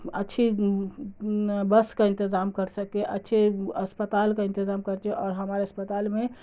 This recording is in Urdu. اچھی بس کا انتظام کر سکے اچھے اسپتال کا انتظام کر دے اور ہمارے اسپتال میں